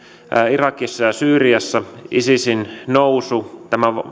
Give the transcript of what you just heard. irakissa ja syyriassa isisin nousu tämän